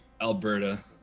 Alberta